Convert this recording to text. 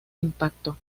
impacto